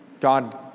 God